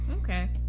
okay